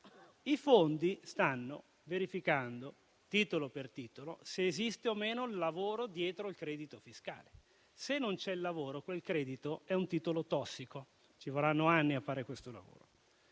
I fondi stanno verificando titolo per titolo se esiste o no il lavoro dietro il credito fiscale. Se non c'è il lavoro, quel credito è un titolo tossico. Ci vorranno anni a fare questo lavoro.